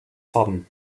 sudden